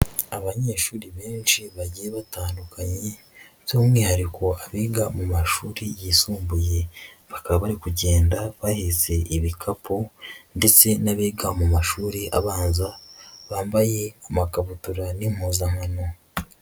Abanyeshuri benshi bagiye batandukanye by'umwihariko abiga mu mashuri yisumbuye bakaba bari kugenda bahetse ibikapu ndetse n'abiga mu mashuri abanza bambaye amakabutura n'impuzankano.